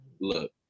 Look